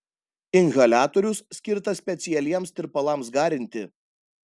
inhaliatorius skirtas specialiems tirpalams garinti